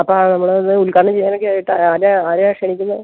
അപ്പോള് നമ്മള് ഇന്ന് ഉദ്ഘാടനം ചെയ്യാനൊക്കെ ആയിട്ട് ആരെയാണ് ആരെയാണ് ക്ഷണിക്കുന്നത്